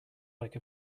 like